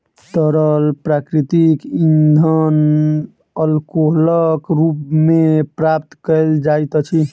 तरल प्राकृतिक इंधन अल्कोहलक रूप मे प्राप्त कयल जाइत अछि